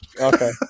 Okay